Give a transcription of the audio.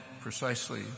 precisely